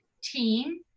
team